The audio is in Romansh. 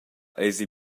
eisi